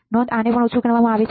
નોંધ આને ઓછું ગણવામાં આવે છે